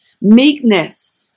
meekness